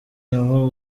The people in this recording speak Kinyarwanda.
naho